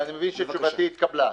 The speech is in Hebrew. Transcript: ואני מבין שתשובתי התקבלה.